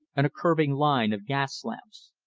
and a curving line of gas lamps.